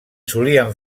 solien